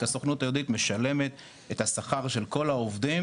כי הסוכנות היהודית משלמת את השכר של כל העובדים,